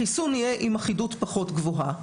החיסון יהיה עם אחידות פחות גבוהה.